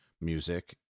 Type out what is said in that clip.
music